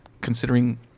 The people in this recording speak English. considering